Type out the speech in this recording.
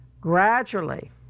gradually